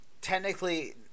technically